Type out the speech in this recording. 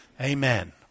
Amen